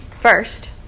first